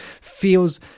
feels